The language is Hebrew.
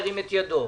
ירים את ידו.